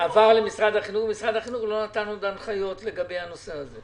הכסף עבר למשרד החינוך ומשרד החינוך עוד לא נתן הנחיות לגבי הנושא הזה.